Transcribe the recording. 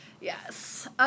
Yes